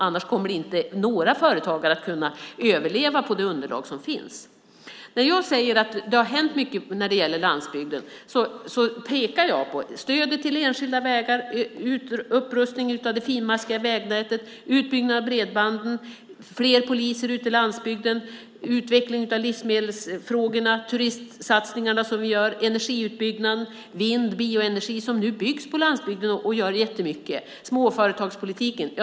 Annars kommer inte några företagare att kunna överleva på det underlag som finns. När jag säger att det har hänt mycket när det gäller landsbygden pekar jag på stödet till enskilda vägar, upprustning av det finmaskiga vägnätet, utbyggnad av bredband, fler poliser ute i landsbygden, utveckling av livsmedelsfrågorna, turistsatsningarna som vi gör, energiutbyggnaden, vind och bioenergi, som nu byggs på landsbygden och gör jättemycket, och småföretagspolitiken.